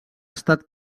estat